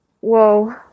Whoa